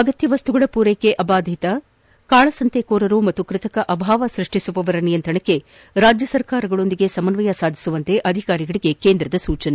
ಅಗತ್ತ ವಸ್ತುಗಳ ಮೂರೈಕೆ ಅಭಾದಿತ ಕಾಳಸಂತೆಕೋರರು ಮತ್ತು ಕೃತಕ ಅಭಾವ ಸೃಷ್ಷಿಸುವವರ ನಿಯಂತ್ರಣಕ್ಕೆ ರಾಜ್ಯ ಸರ್ಕಾರಗಳೊಂದಿಗೆ ಸಮನ್ವಯ ಸಾಧಿಸುವಂತೆ ಅಧಿಕಾರಿಗಳಿಗೆ ಕೇಂದ್ರದ ಸೂಚನೆ